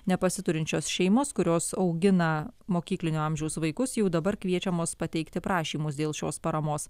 nepasiturinčios šeimos kurios augina mokyklinio amžiaus vaikus jau dabar kviečiamos pateikti prašymus dėl šios paramos